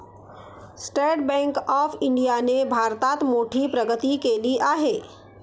state bank of इंडियाने भारतात मोठी प्रगती केली आहे